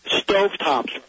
Stovetops